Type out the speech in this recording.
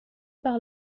par